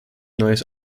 neues